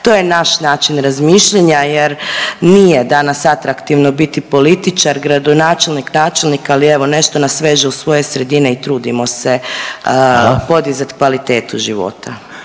To je naš način razmišljanja, jer nije danas atraktivno biti političar, gradonačelnik, načelnik, ali evo nešto nas veže u svoje sredine i trudimo se podizati kvalitetu života.